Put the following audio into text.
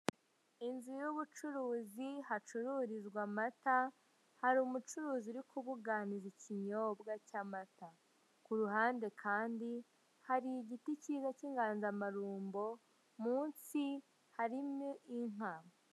Inzu y'ubucuruzi hacururizw' amata, har' umucuruzi uri kubuganiza ikinyobwa cy' amata. Kuruhande kandi har'igiti cyiza cy'inganzamarumbo munsi harimo inka.